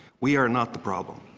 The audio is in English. we are not the problem.